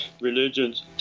religions